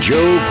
Joe